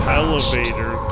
elevator